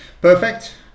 Perfect